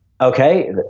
Okay